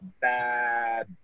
Bad